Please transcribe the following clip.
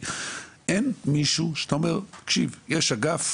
אין מישהו שאתה אומר, תקשיב, יש אגף